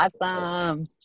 Awesome